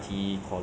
mm 对 orh